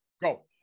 Go